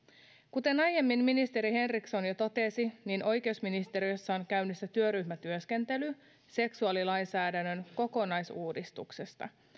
kuten ministeri henriksson jo aiemmin totesi niin oikeusministeriössä on käynnissä työryhmätyöskentely seksuaalilainsäädännön kokonaisuudistuksesta